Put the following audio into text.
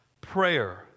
prayer